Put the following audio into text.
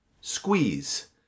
Squeeze